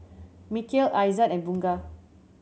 Mikhail Aizat and Bunga